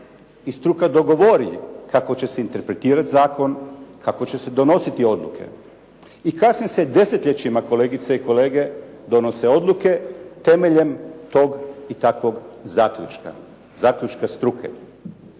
i struka dogovori kako će se interpretirati zakon, kako će se donositi odluke i kasnije se desetljećima kolegice i kolege donose odluke temeljem tog i takvog zaključka, zaključka struke.